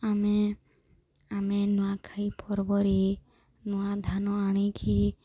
ଆମେ ଆମେ ନୂଆଖାଇ ପର୍ବରେ ନୂଆ ଧାନ ଆଣିକି